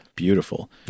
Beautiful